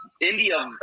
India